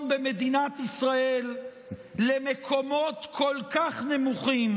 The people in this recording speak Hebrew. במדינת ישראל למקומות כל כך נמוכים,